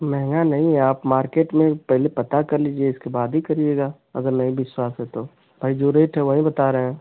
महँगा नहीं है आप मार्केट में पहले पता कर लीजिए इसके बाद ही करिएगा अगर नहीं विश्वास है तो भाई जो रेट है वही बता रहे हैं